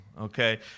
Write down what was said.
Okay